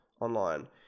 online